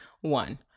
One